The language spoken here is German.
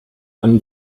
einen